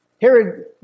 Herod